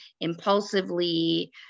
impulsively